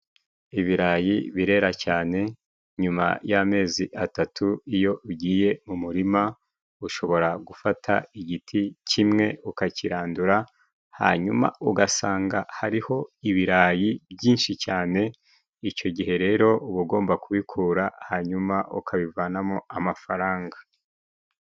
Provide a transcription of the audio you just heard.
Ibirayi birera cyane nyuma y'amezi atatu iyo ugiye mu murima ushobora gufata igiti kimwe ukakirandura hanyuma ugasanga hariho ibirayi byinshi cyane icyo gihe rero uba ugomba kubikura hanyuma ukabivanamo amafaranga.